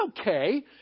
okay